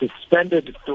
suspended